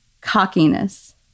cockiness